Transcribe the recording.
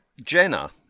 Jenna